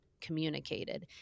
communicated